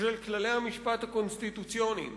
של כללי המשפט הקונסטיטוציוני,